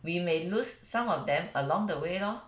we may lose some of them along the way lor